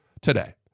today